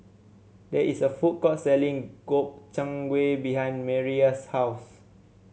there is a food court selling Gobchang Gui behind Mireya's house